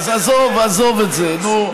אז עזוב את זה, נו.